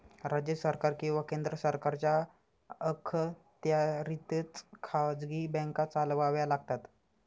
राज्य सरकार किंवा केंद्र सरकारच्या अखत्यारीतच खाजगी बँका चालवाव्या लागतात